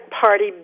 Party